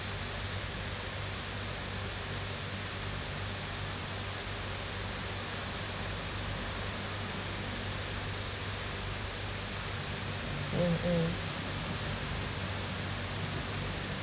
mm mm